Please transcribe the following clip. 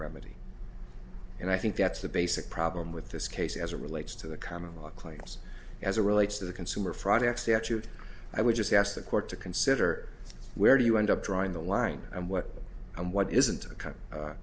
remedy and i think that's the basic problem with this case as it relates to the common law claims as a relates to the consumer fraud tax actually i would just ask the court to consider where do you end up drawing the line and what and what isn't a